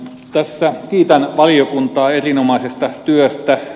tässä kiitän valiokuntaa erinomaisesta työstä